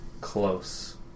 close